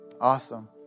Awesome